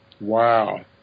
Wow